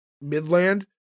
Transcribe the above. midland